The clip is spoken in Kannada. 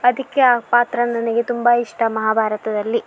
ಅದಕ್ಕೆ ಆ ಪಾತ್ರ ನನಗೆ ತುಂಬ ಇಷ್ಟ ಮಹಾಭಾರತದಲ್ಲಿ